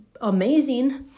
amazing